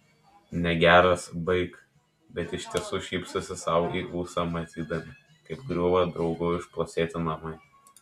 negeras baik bet iš tiesų šypsosi sau į ūsą matydami kaip griūva draugų išpuoselėti namai